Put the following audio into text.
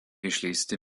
išleisti